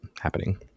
happening